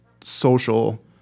social